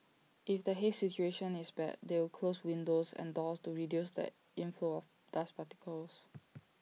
if the haze situation is bad they will close windows and doors to reduce the inflow of dust particles